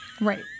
Right